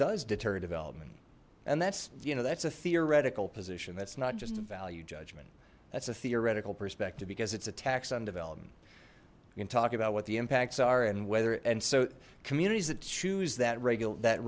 does deter development and that's you know that's a theoretical position that's not just a value judgment that's a theoretical perspective because it's a tax on development you can talk about what the impacts are and whether and so communities that choose that regular that